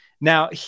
now